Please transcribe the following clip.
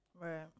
right